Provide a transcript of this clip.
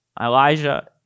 Elijah